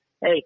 hey